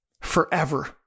forever